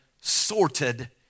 sorted